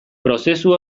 prozesu